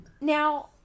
now